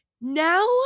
Now